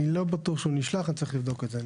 אני לא בטוח שהוא נשלח, אני צריך לבדוק את זה.